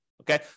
Okay